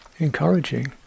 encouraging